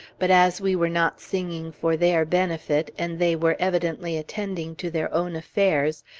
but as we were not singing for their benefit, and they were evidently attending to their own affairs,